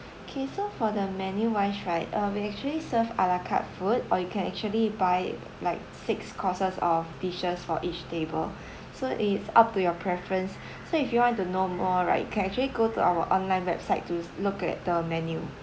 okay so for the menu wise right um we actually serve ala carte food or you can actually buy like six courses of dishes for each table so it's up to your preference so if you want to know more right you can actually go to our online website to look at the menu